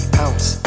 pounce